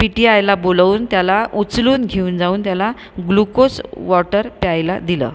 पिटीआयला बोलवून त्याला उचलून घेऊन जाऊन त्याला ग्लुकोज वॉटर प्यायला दिलं